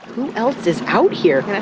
who else is out here?